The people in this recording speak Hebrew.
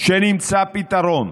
שנמצא פתרון.